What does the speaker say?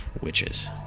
witches